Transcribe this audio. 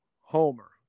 Homer